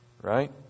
Right